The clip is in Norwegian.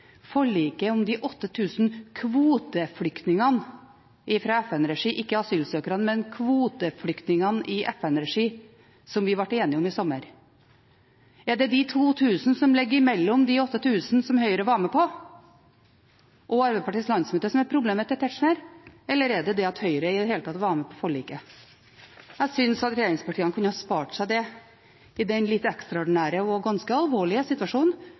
som vi ble enige om i sommer. Er det de 2 000 som ligger mellom de 8 000 som Høyre som var med på – og Arbeiderpartiets landsmøte – som er problemet til Tetzschner, eller er det det at Høyre i det hele tatt var med på forliket? Jeg syns regjeringspartiene kunne spart seg det, i den litt ekstraordinære og ganske alvorlige situasjonen